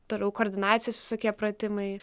toliau koordinacijos visokie pratimai